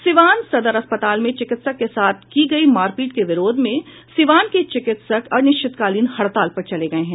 सीवान सदर अस्पताल में चिकित्सक के साथ की गयी मारपीट के विरोध में सीवान के चिकित्सक अनिश्चितकालीन हड़ताल पर चले गये हैं